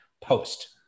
post